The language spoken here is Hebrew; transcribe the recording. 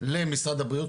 למשרד הבריאות,